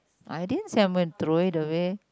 I didn't say I'm going to throw it away